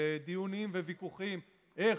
דיונים וויכוחים איך,